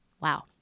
Wow